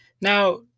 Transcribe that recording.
Now